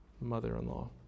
mother-in-law